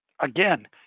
again